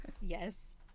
yes